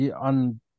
on